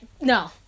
no